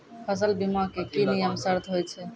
फसल बीमा के की नियम सर्त होय छै?